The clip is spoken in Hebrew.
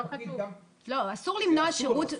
אסור למנוע שירות.